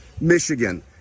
Michigan